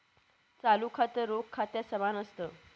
चालू खातं, रोख खात्या समान असत